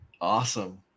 Awesome